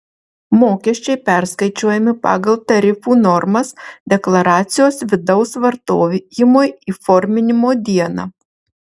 mokesčiai perskaičiuojami pagal tarifų normas deklaracijos vidaus vartojimui įforminimo dieną